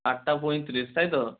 আটটা পঁয়ত্রিশ তাই তো